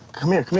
come here,